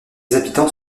habitants